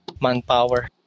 manpower